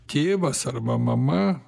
tėvas arba mama